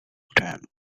time